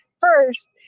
First